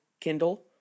Kindle